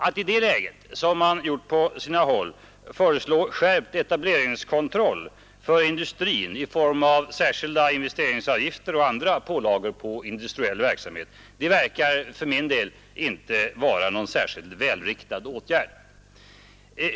Att i det läget föreslå skärpt etableringskontroll för industrin — som man har gjort på vissa håll — i form av särskild investeringsavgift och andra pålagor på industriell verksamhet är inte någon särskilt välriktad åtgärd.